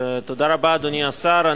תודה רבה, אדוני השר.